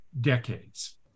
decades